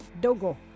Dogo